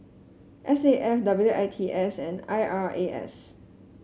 S A F W I T S and I R A S